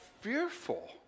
fearful